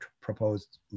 proposed